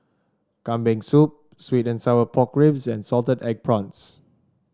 Kambing Soup sweet and Sour Pork Ribs and Salted Egg Prawns